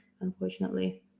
unfortunately